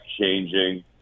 changing